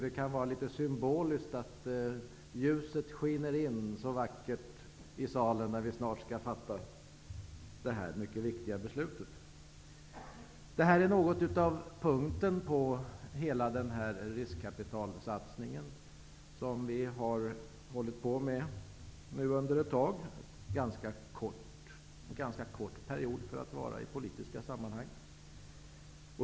Det är nästan symboliskt att ljuset skiner in så vackert i salen när vi nu snart skall fatta detta mycket viktiga beslut. Det här är slutpunkten för den riskkapitalsatsning som vi har arbetat med under ett tag -- en ganska kort period för att vara i politiska sammanhang.